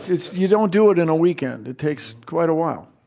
it's you don't do it in a weekend. it takes quite a while.